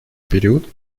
период